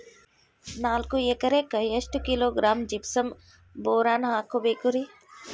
ನಾಲ್ಕು ಎಕರೆಕ್ಕ ಎಷ್ಟು ಕಿಲೋಗ್ರಾಂ ಜಿಪ್ಸಮ್ ಬೋರಾನ್ ಹಾಕಬೇಕು ರಿ?